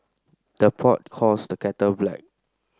the pot calls the kettle black